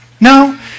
No